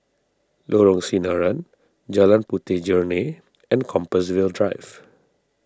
Lorong Sinaran Jalan Puteh Jerneh and Compassvale Drive